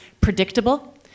predictable